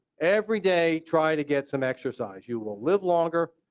every day try to get some exercise. you will live longer,